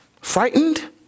frightened